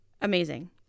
Amazing